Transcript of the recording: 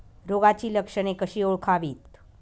रोगाची लक्षणे कशी ओळखावीत?